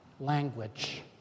language